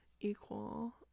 equal